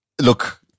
Look